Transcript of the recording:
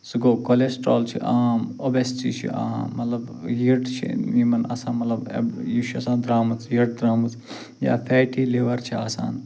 سُہ گوٚو کولسٹرٛال چھُ عام اوبیسٹی چھِ عام مطلب یٔڑ چھِ آسان یِمن مطلب یہِ چھُ آسان درٛامٕژ یٔڑ درٛامٕژ یا فیٹی لِور چھُ آسان